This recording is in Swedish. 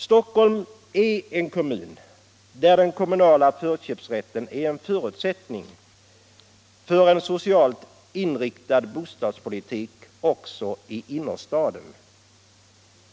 Stockholm är en kommun där den kommunala förköpsrätten kombinerad med andra åtgärder är en förutsättning för en socialt inriktad bostadspolitik också i innerstaden.